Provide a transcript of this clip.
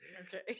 Okay